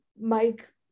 Mike